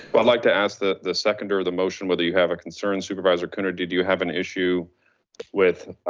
but i'd like to ask the the seconder of the motion whether you have a concern supervisor coonerty, did you have an issue with